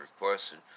requested